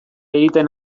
egiten